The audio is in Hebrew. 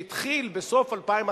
שהתחיל בסוף 2011,